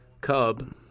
cub